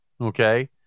Okay